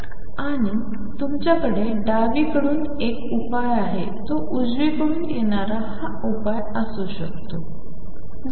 आणि तुमच्याकडे डावीकडून एक उपाय आहे तो उजवीकडून येणारा हा उपाय असा असू शकतो जो यासारखा असू शकतो